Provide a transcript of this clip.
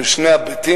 בין שני הפריטים,